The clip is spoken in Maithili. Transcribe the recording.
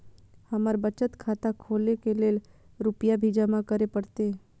हमर बचत खाता खोले के लेल रूपया भी जमा करे परते?